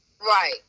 Right